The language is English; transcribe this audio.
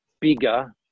bigger